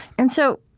and so,